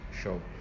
show